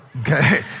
Okay